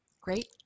Great